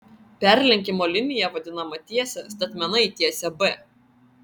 perlenkimo linija vadinama tiese statmena į tiesę b